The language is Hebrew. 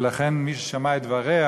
ולכן, מי ששמע את דבריה,